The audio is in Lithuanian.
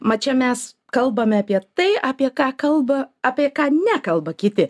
mat čia mes kalbame apie tai apie ką kalba apie ką nekalba kiti